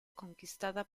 conquistada